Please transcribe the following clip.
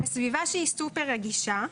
סביבה שהיא סופר רגישה.